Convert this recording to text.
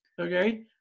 okay